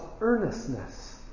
earnestness